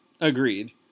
agreed